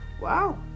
wow